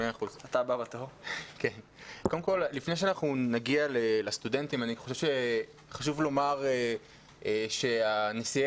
לפני שנגיע לסטודנטים אני חושב שחשוב לומר שנשיאי